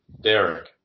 Derek